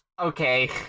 okay